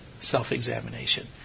self-examination